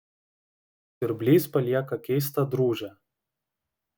siurblys palieka keistą drūžę